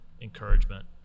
encouragement